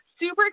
Super